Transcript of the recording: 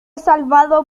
salvado